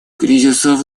кризисов